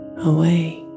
away